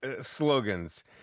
slogans